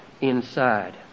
inside